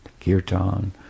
kirtan